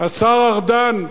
השר ארדן,